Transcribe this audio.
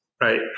right